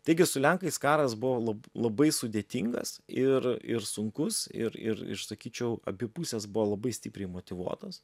taigi su lenkais karas buvo lab labai sudėtingas ir ir sunkus ir ir ir sakyčiau abi pusės buvo labai stipriai motyvuotos